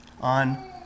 on